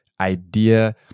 idea